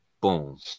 Boom